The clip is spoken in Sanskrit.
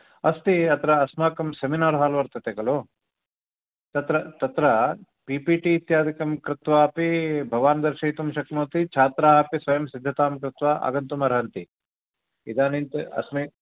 अस्ति अत्र अस्माकं सेमिनार् हाल् वर्तते खलु तत्र तत्र पीपीटि इत्यादिकं कृत्वा अपि भवान् दर्शयितुं शक्नोति छात्राः अपि स्वयं सिद्धतां कृत्वा आगन्तुम् अर्हन्ति इदानीम् तु अस्मि